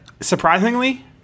Surprisingly